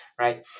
right